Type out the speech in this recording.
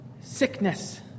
sickness